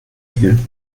deal